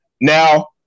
Now